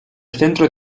centro